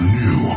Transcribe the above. new